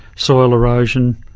soil erosion,